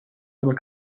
aber